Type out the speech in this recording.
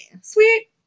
Sweet